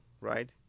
right